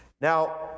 Now